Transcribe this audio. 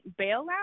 bailout